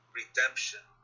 redemption